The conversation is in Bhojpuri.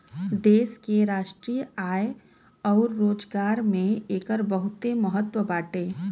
देश के राष्ट्रीय आय अउर रोजगार में एकर बहुते महत्व बाटे